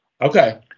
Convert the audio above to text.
Okay